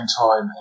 time